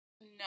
No